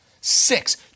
Six